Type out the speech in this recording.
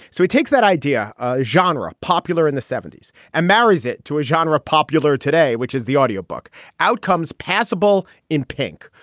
so he takes that idea ah genre popular in the seventy s and marries it to a genre popular today, which is the audiobook outcomes passable in pink,